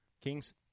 Kings